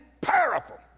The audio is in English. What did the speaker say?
powerful